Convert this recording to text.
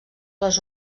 les